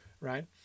right